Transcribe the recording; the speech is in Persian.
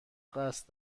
قصد